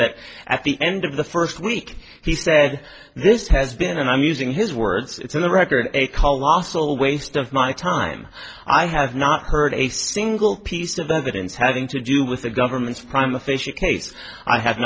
that at the end of the first week he said this has been and i'm using his words it's in the record a call also a waste of my time i have not heard a single piece of evidence having to do with the government's prime official case i have